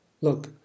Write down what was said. Look